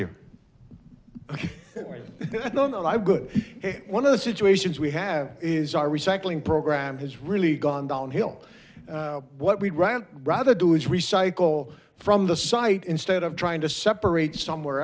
you no no i'm good one of the situations we have is our recycling program has really gone downhill what we'd rather rather do is recycle from the site instead of trying to separate somewhere